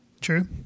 True